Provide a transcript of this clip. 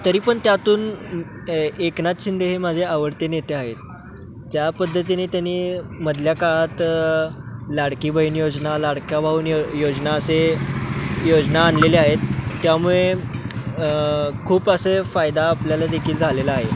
तरी पण त्यातून एकनाथ शिंदे हे माझे आवडते नेते आहेत ज्या पद्धतीने त्यांनी मधल्या काळात लाडकी बहीण योजना लाडक्या भाऊन यो योजना असे योजना आणलेले आहेत त्यामुळे खूप असे फायदा आपल्याला देखील झालेला आहे